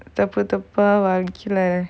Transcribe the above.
தப்புதப்பா வாழ்க்கைல:thapputhappa vaalkaila